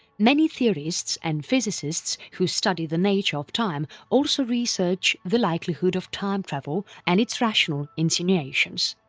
many theorists and physicists who study the nature of time also research the likelihood of time travel and its rational insinuations.